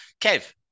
Kev